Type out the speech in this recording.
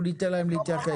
אנחנו ניתן להם להתייחס.